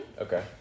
Okay